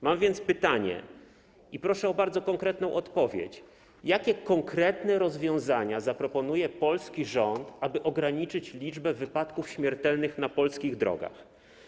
Mam więc pytanie, proszę o bardzo konkretną odpowiedź: Jakie konkretne rozwiązania zaproponuje polski rząd, aby ograniczyć liczba wypadków śmiertelnych na polskich drogach?